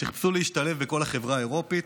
שחיפשו להשתלב בכל החברה האירופית,